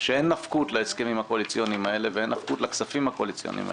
שעתה אין שום נפקות להסכמים הללו ולא לכספים הללו.